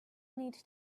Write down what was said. need